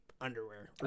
underwear